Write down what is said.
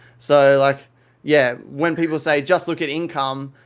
so like yeah when people say, just look at income,